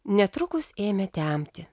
netrukus ėmė temti